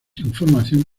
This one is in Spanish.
información